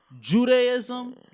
Judaism